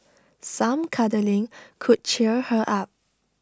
some cuddling could cheer her up